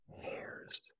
hairs